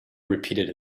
repeated